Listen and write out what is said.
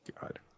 God